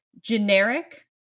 generic